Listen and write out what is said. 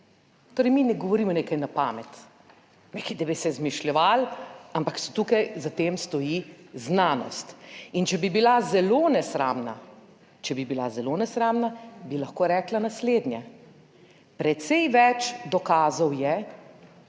Torej, mi ne govorimo nekaj na pamet, nekaj da bi se izmišljevali, ampak tukaj za tem stoji znanost in če bi bila zelo nesramna, če bi bila zelo nesramna, bi lahko rekla naslednje, precej več dokazov je,